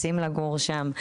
רוצים לגור שם,